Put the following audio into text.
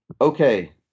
Okay